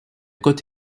côte